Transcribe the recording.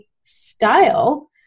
style